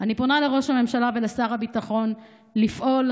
אני פונה לראש הממשלה ולשר הביטחון לפעול,